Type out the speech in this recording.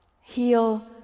heal